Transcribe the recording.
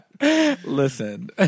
Listen